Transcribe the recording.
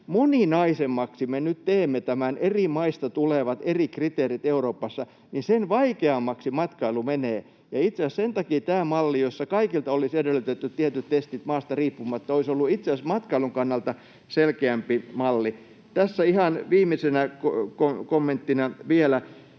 moninaisemmiksi me nyt teemme nämä eri maista tulevat eri kriteerit Euroopassa, niin sen vaikeammaksi matkailu menee. Ja sen takia tämä malli, jossa kaikilta olisi edellytetty tietyt testit maasta riippumatta, olisi ollut itse asiassa matkailun kannalta selkeämpi malli. Tässä ihan viimeisenä kommenttina vielä: